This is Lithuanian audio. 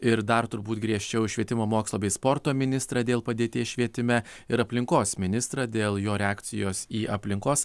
ir dar turbūt griežčiau švietimo mokslo bei sporto ministrą dėl padėties švietime ir aplinkos ministrą dėl jo reakcijos į aplinkos